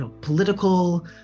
political